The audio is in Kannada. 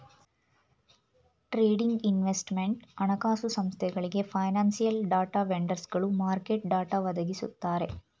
ಟ್ರೇಡಿಂಗ್, ಇನ್ವೆಸ್ಟ್ಮೆಂಟ್, ಹಣಕಾಸು ಸಂಸ್ಥೆಗಳಿಗೆ, ಫೈನಾನ್ಸಿಯಲ್ ಡಾಟಾ ವೆಂಡರ್ಸ್ಗಳು ಮಾರ್ಕೆಟ್ ಡಾಟಾ ಒದಗಿಸುತ್ತಾರೆ